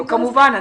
לא כמובן.